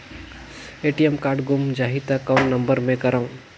ATM card गुम जाही त कौन नम्बर मे करव?